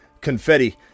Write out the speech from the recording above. confetti